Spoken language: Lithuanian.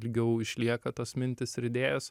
ilgiau išlieka tos mintys ir idėjos